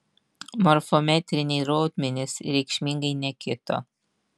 morfometriniai rodmenys reikšmingai nekito